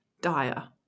Dire